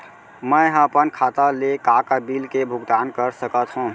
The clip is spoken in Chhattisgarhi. मैं ह अपन खाता ले का का बिल के भुगतान कर सकत हो